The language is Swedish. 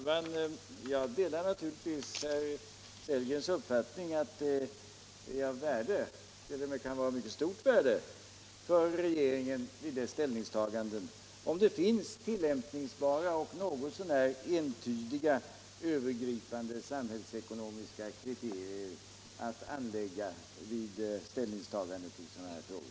Herr talman! Jag delar naturligtvis herr Sellgrens uppfattning att det är av värde — kanske t.o.m. av mycket stort värde — för regeringen i dess ställningstaganden om det finns tillämpningsbara och något så när entydiga övergripande samhällsekonomiska kriterier att anlägga vid ställningstaganden i sådana här frågor.